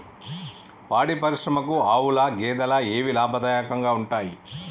పాడి పరిశ్రమకు ఆవుల, గేదెల ఏవి లాభదాయకంగా ఉంటయ్?